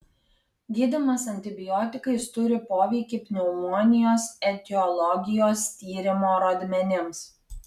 gydymas antibiotikais turi poveikį pneumonijos etiologijos tyrimo rodmenims